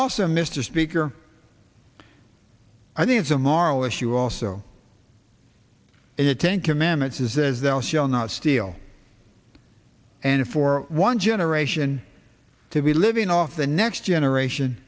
also mr speaker i think it's a moral issue also in the ten commandments is that they'll shall not steal and for one generation to be living off the next generation